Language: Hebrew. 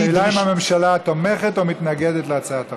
השאלה אם הממשלה תומכת או מתנגדת להצעת החוק.